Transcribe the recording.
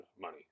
money